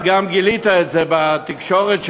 וגם גילית את זה בתקשורת שלנו,